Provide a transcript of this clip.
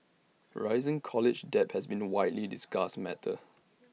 rising college debt has been A widely discussed matter